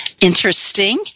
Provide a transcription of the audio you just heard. interesting